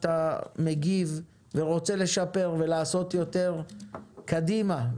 שאתה מגיב ורוצה לשפר ולעשות יותר קדימה.